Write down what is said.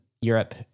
Europe